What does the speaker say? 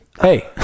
Hey